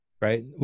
right